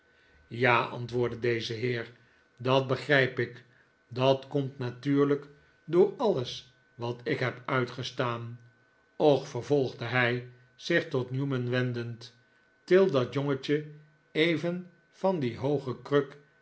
ja antwoordde deze heer dat begrijp ik dat komt natuurlijk door alles wat ik heb uitgestaan och vervolgde hij zich tot newman wendend til dat jongetje even van die hooge kruk